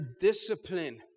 discipline